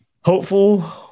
hopeful